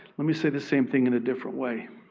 let me say the same thing in a different way.